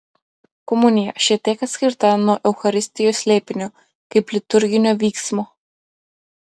komunija šiek tiek atskirta nuo eucharistijos slėpinio kaip liturginio vyksmo